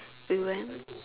we went